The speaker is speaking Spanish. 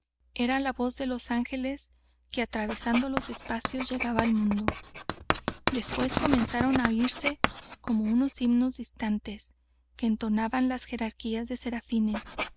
era la voz de los ángeles que atravesando los espacios llegaba al mundo después comenzaron á oirse como unos himnos distantes que entonaban las jerarquías de serafines